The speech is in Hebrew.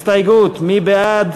מי בעד?